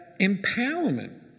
empowerment